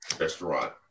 restaurant